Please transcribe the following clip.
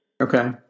Okay